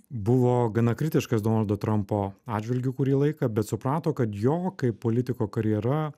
buvo gana kritiškas donaldo trampo atžvilgiu kurį laiką bet suprato kad jo kaip politiko karjera